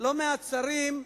לא מעט שרים,